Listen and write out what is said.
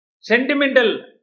Sentimental